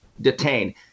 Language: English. detained